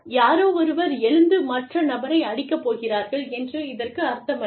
யாரோ ஒருவர் எழுந்து மற்ற நபரை அடிக்கப் போகிறார்கள் என்று இதற்கு அர்த்தமல்ல